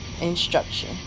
instruction